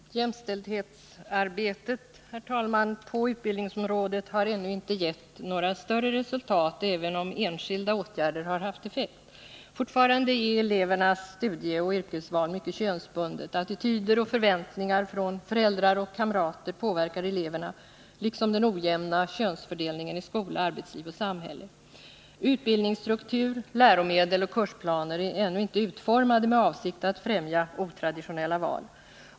Herr talman! Jämställdhetsarbetet på utbildningsområdet har inte givit några större resultat, även om enskilda åtgärder har haft effekt. Fortfarande är elevernas studieoch yrkesval mycket könsbundet. Attityder och förväntningar från föräldrar och kamrater påverkar eleverna, liksom den ojämna könsfördelningen i skola, arbetsliv och samhälle. Utbildningsstruktur, läromedel och kursplaner är ännu inte utformade med avsikt att främja otraditionella val.